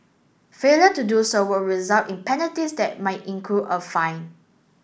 failure to do so will result in penalties that might include a fine